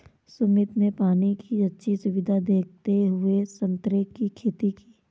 सुमित ने पानी की अच्छी सुविधा देखते हुए संतरे की खेती की